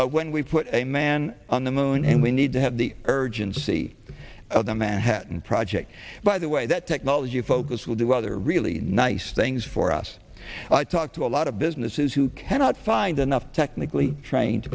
focus when we put a man on the moon and we need to have the urgency of the manhattan project by the way that technology focus will do other really nice things for us i talk to a lot of businesses who cannot find enough technically trained